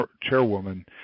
chairwoman